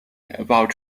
about